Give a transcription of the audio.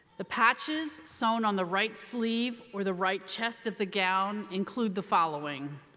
the patches sewn on the right sleeve or the right chest of the gown include the following.